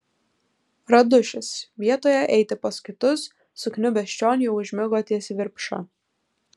radušis vietoje eiti pas kitus sukniubęs čion jau užmigo ties virpša